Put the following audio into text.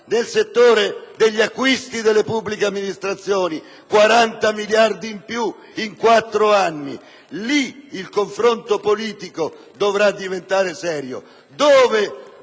nel settore degli acquisti della pubblica amministrazione, 40 miliardi in più in quattro anni. Lì il confronto politico dovrà diventare serio,